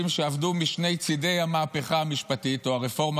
שעבדו משני צדי המהפכה המשפטית או הרפורמה.